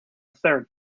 third